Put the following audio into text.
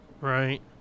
Right